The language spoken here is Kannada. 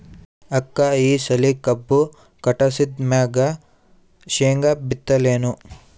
ಅಕ್ಕ ಈ ಸಲಿ ಕಬ್ಬು ಕಟಾಸಿದ್ ಮ್ಯಾಗ, ಶೇಂಗಾ ಬಿತ್ತಲೇನು?